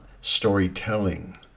storytelling